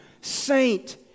saint